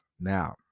Now